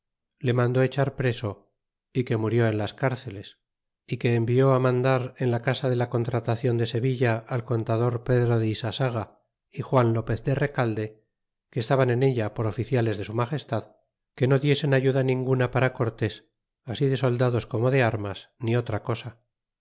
le mandó echar preso y que murió en las cárceles y que envió mandar en la casa de la contratacion de sevilla al contador pedro de isasaga y juan lopez de recalde que estaban en ella por oficiales de su magestad que no diesen ayuda ninguna para cortés así de soldados como de armas ni otra cosa